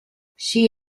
she